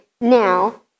now